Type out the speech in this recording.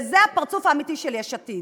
וזה הפרצוף האמיתי של יש עתיד.